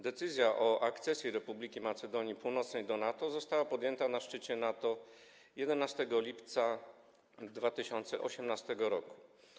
Decyzja o akcesji Republiki Macedonii Północnej do NATO została podjęta na szczycie NATO 11 lipca 2018 r.